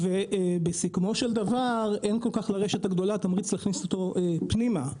ובסיכומו של דבר אין לרשת תמריץ להכניס אותו פנימה.